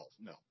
No